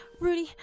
Rudy